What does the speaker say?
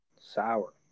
Sour